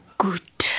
good